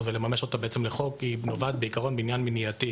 ולממש אותה לחוק נובעת בעיקרון מעניין מניעתי.